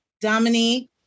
Dominique